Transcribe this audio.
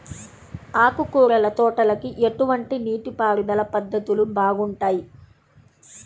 ఆకుకూరల తోటలకి ఎటువంటి నీటిపారుదల పద్ధతులు బాగుంటాయ్?